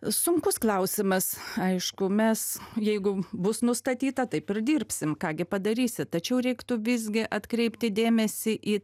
sunkus klausimas aišku mes jeigu bus nustatyta taip ir dirbsim ką gi padarysi tačiau reiktų visgi atkreipti dėmesį į